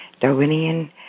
Darwinian